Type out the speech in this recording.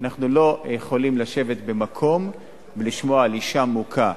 אנחנו לא יכולים לשבת במקום ולשמוע על אשה מוכה,